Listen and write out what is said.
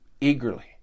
eagerly